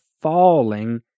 falling